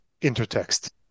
intertext